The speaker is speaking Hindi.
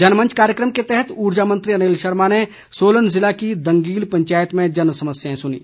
जनमंच कार्यक्रम के तहत ऊर्जा मंत्री अनिल शर्मा ने सोलन जिले की दंगील पंचायत में जनसमस्याएं सुनीं